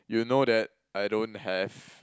you know that I don't have